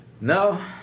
no